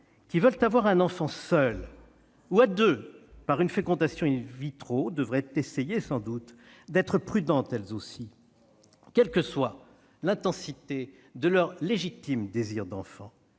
qui veulent avoir un enfant seule ou à deux par une fécondation devraient essayer d'être prudentes elles aussi, quelle que soit l'intensité de leur légitime désir d'enfant.